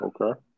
Okay